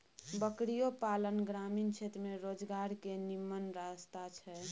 बकरियो पालन ग्रामीण क्षेत्र में रोजगार के निम्मन रस्ता छइ